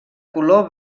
color